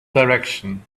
direction